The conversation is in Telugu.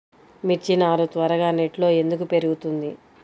మిర్చి నారు త్వరగా నెట్లో ఎందుకు పెరుగుతుంది?